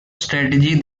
strategy